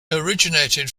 originated